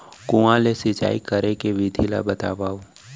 कुआं ले सिंचाई करे के विधि ला बतावव?